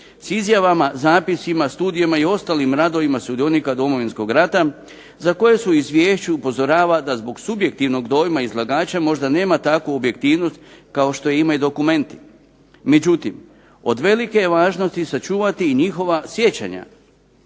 izjavama, zapisima, studijima, i ostalim radovima sudionika Domovinskog rata za koje se u izvješću upozorava da zbog subjektivnog dojma izlagača možda nema takvu objektivnost kao što je imaju dokumenti. Međutim, od velike je važnosti sačuvati i njihova sjećanja